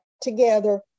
together